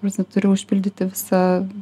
ta prasme turi užpildyti visą